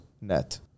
net